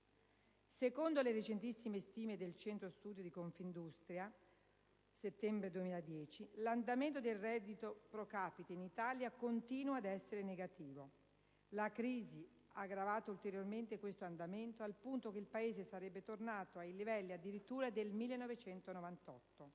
Secondo le recentissime stime del Centro studi di Confindustria del settembre 2010, l'andamento del reddito *pro capite* in Italia continua ad essere negativo. La crisi ha aggravato ulteriormente questo andamento al punto che il Paese sarebbe tornato ai livelli addirittura del 1998.